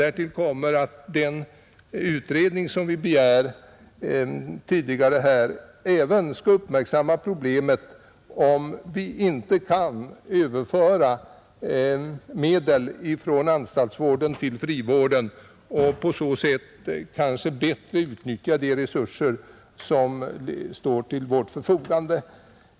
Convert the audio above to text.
Därtill kommer att den utredning vi begär även skall uppmärksamma problemet om det inte går att överföra medel från anstaltsvården till frivården. På så sätt kanske man bättre utnyttjar de resurser som står till förfogande.